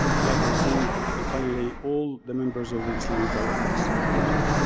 the library team and finally, all the members of the islamic bioethics project.